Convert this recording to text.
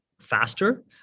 faster